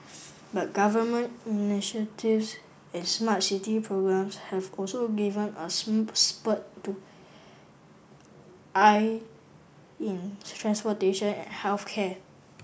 but government initiatives and smart city programs have also given a spurt to I in transportation and health care